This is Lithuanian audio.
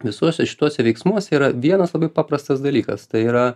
visuose šituose veiksmuose yra vienas labai paprastas dalykas tai yra